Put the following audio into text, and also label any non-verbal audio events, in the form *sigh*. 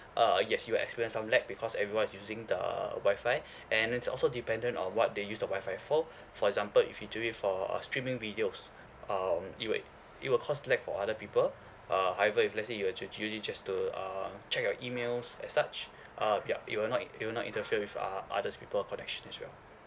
uh yes you experience some lag because everyone is using the Wi-Fi *breath* and that's also dependent on what they use the Wi-Fi for *breath* for example if you do it for a streaming videos um it will it will because lag for other people uh however if let's say you actually just to uh check your emails and such *breath* uh yup it will not it will not interfere with uh others people connections as well